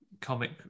comic